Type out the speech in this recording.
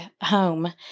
home